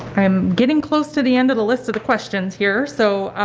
i'm getting close to the end of the list of the questions here so